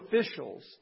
officials